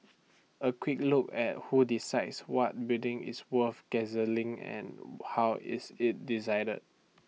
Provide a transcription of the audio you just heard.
A quick look at who decides what building is worth gazetting and how IT is decided